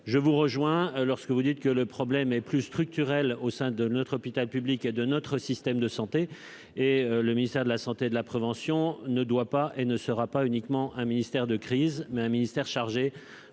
je vous rejoins lorsque vous dites que le problème est plus structurelle au sein de notre hôpital public et de notre système de santé et le ministère de la Santé, de la prévention ne doit pas et ne sera pas uniquement un ministère de crise mais un ministère chargé